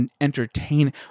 entertain